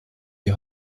die